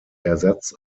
ersatz